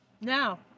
Now